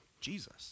Jesus